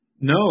No